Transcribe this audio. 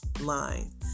line